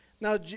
Now